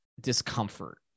discomfort